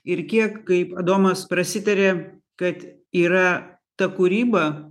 ir kiek kaip adomas prasitarė kad yra ta kūryba